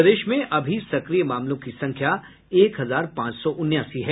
प्रदेश में अभी सक्रिय मामलों की संख्या एक हजार पांच सौ उनासी है